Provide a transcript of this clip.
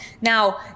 Now